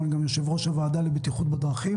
אבל אני גם יושב-ראש הוועדה לבטיחות בדרכים